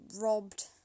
robbed